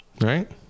Right